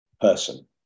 person